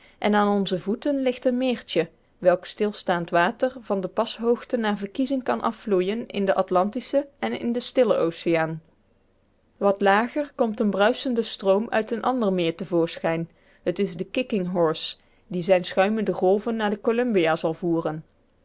en aan onze voeten ligt een meertje welks stilstaand water van de pashoogte naar verkiezing kan afvloeien in den atlantischen en in den stillen oceaan wat lager komt een bruisende stroom uit een ander meer te voorschijn het is de kicking horse die zijne schuimende golven naar de columbia zal voeren